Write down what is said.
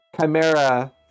chimera